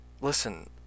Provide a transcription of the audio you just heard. Listen